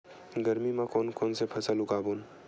गरमी मा कोन कौन से फसल उगाबोन?